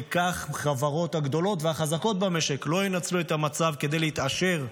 כך החברות הגדולות והחזקות במשק לא ינצלו את המצב כדי להתעשר,